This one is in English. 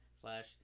slash